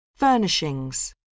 Furnishings